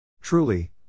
Truly